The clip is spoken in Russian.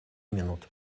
минут